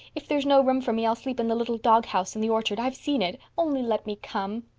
if there's no room for me i'll sleep in the little doghouse in the orchard i've seen it. only let me come.